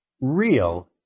Real